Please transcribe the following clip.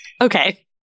Okay